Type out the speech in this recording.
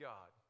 God